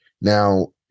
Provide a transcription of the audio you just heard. Now